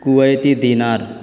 کویتی دینار